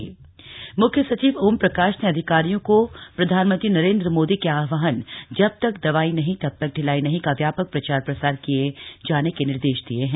मुख्य सचिव मुख्य सचिव ओम प्रकाश ने अधिकारियों को प्रधानमंत्री नरेन्द्र मोदी के आहवान जब तक दवाई नहीं तब तक ढिलाई नहीं का व्यापक प्रचार प्रसार किए जाने के निर्देश दिए हैं